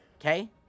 Okay